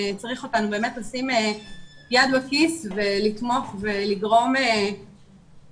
הצריך אותנו באמת לשים יד בכיס ולתמוך ולגרום למענים